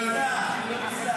זה לא נסלח, זה לא נסלח.